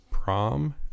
prom